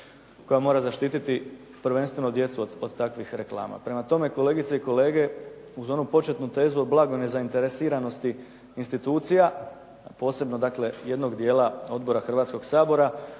koja ih mora zaštititi, prvenstveno djecu od takvih reklama. Prema tome, kolegice i kolege, uz onu početnu tezu o blagoj nezainteresiranosti institucija, posebno dakle jednog dijela odbora Hrvatskoga sabora,